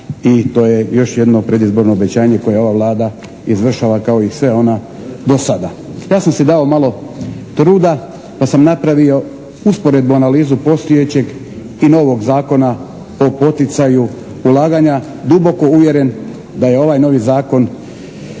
i to je još jedno predizborno obećanje koje ova Vlada izvršava kao i sva ona do sada. Ja sam si dao malo truda pa sam napravio usporednu analizu postojećeg i novog zakona po poticanju ulaganja duboko uvjeren da je ovaj novi zakon